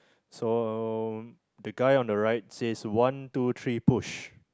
so the guy on the right says one two three push